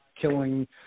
killing –